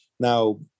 Now